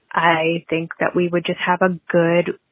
i think that we would just have a good.